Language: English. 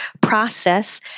process